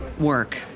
work